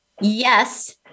yes